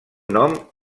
nom